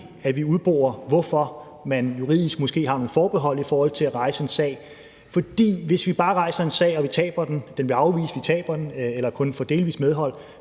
at vi udborer, hvorfor man juridisk måske har nogle forbehold i forhold til at rejse en sag. For hvis vi bare rejser en sag og den bliver afvist og vi taber den eller kun får delvist medhold,